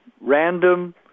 random